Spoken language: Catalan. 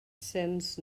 cents